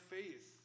faith